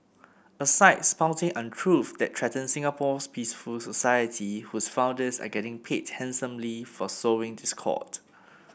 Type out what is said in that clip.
a site spouting untruths that threaten Singapore's peaceful society whose founders are getting paid handsomely for sowing discord